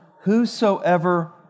whosoever